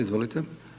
Izvolite.